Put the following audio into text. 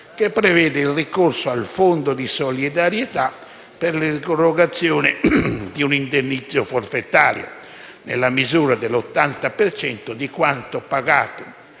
che prevede il ricorso al Fondo di solidarietà per l'erogazione di un indennizzo forfettario, nella misura dell'80 per cento di quanto pagato